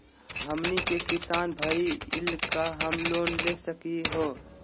हमनी के किसान भईल, का हम लोन ले सकली हो?